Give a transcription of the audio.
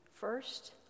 first